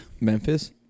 Memphis